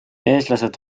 eestlased